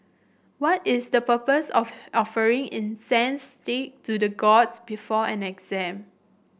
what is the purpose of offering incense stay to the gods before an exam